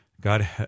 God